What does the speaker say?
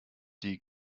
die